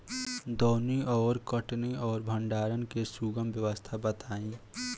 दौनी और कटनी और भंडारण के सुगम व्यवस्था बताई?